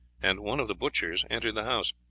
and one of the butchers entered the house.